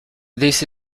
this